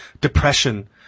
depression